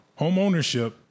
Homeownership